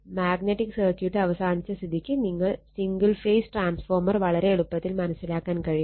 magnetic circuit അവസാനിച്ച സ്ഥിതിക്ക് നിങ്ങൾ സിംഗിൾ ഫേസ് ട്രാൻസ്ഫോർമർ വളരെ എളുപ്പത്തിൽ മനസ്സിലാക്കാൻ കഴിയും